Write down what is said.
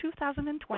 2020